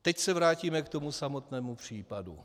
Teď se vrátíme k tomu samotnému případu.